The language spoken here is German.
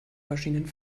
verschiedenen